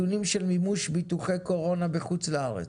ביטולים של מימוש ביטוחי קורונה בחוץ לארץ,